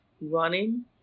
running